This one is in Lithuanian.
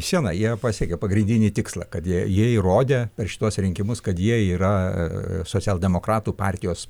sieną jie pasiekė pagrindinį tikslą kad jie jie įrodė per šituos rinkimus kad jie yra socialdemokratų partijos